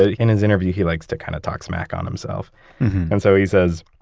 ah in his interview, he likes to kind of talk smack on himself and so he says,